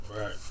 Right